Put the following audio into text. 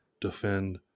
defend